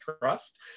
trust